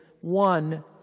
one